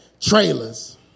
trailers